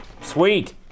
Sweet